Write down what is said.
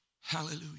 hallelujah